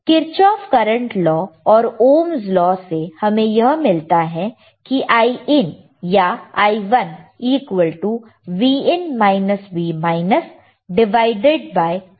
तो Kirchhoff voltage law और Ohm's law Ohm's law से हमें यह मिलता है कि Iin या I1R1 है